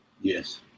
Yes